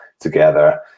together